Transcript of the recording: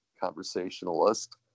conversationalist